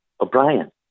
O'Brien